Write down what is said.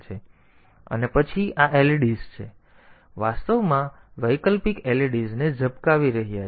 અને પછી આ leds છે તેથી તેઓ વાસ્તવમાં વૈકલ્પિક leds ને ઝબકાવી રહ્યા છે તેથી આ પ્રોગ્રામ તે જ કરી રહ્યો છે